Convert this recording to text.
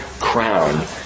crown